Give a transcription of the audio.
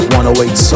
108